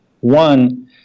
One